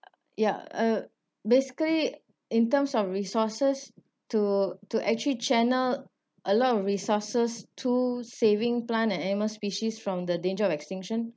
ya uh basically in terms of resources to to actually channel a lot of resources through saving plant and animal species from the danger of extinction